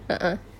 a'ah